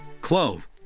clove